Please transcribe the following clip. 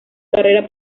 carrera